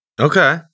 Okay